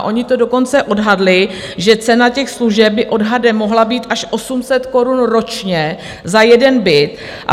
Oni to dokonce odhadli, že cena těch služeb by odhadem mohla být až 800 korun ročně za jeden byt.